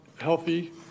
healthy